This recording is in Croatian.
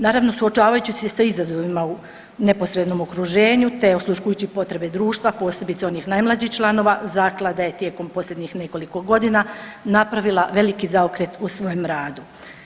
Naravno suočavajući se sa izazovima u neposrednom okruženju, te osluškujući potrebe društva, posebice onih najmlađih članova, zaklada je tijekom posljednjih nekoliko godina napravila velika zaokret u svojem radu.